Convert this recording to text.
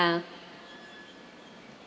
ya